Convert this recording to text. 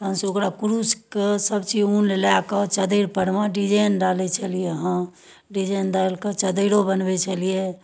हमसब ओकरा कुरुशके सब चीज उन लए कऽ चादरिपर मे डिजाइन डालै छलियै हँ डिजाइन डालिकऽ चद्दैरो बनबै छलियै हँ